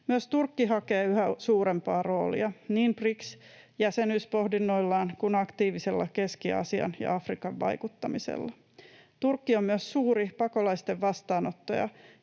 Myös Turkki hakee yhä suurempaa roolia niin BRICS-jäsenyyspohdinnoillaan kuin aktiivisella Keski-Aasiaan ja Afrikkaan vaikuttamisella. Turkki on myös suuri pakolaisten vastaanottaja,